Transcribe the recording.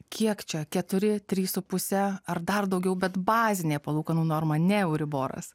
kiek čia keturi trys su puse ar dar daugiau bet bazinė palūkanų norma ne euriboras